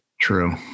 True